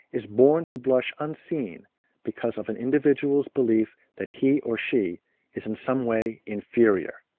is born to blush unseen because of an individual's belief that he or she is in some way inferior.